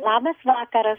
labas vakaras